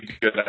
good